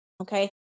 okay